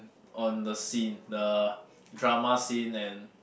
on the scene the drama scene and